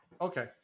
Okay